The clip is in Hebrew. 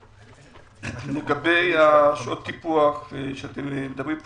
לגבי שעות הטיפוח שדיברתם עליהן,